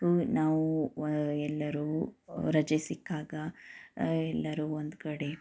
ನಾವು ಎಲ್ಲರೂ ರಜೆ ಸಿಕ್ಕಾಗ ಎಲ್ಲಾದ್ರೂ ಒಂದು ಕಡೆ